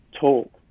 talk